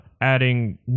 adding